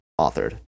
authored